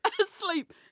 Asleep